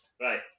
Right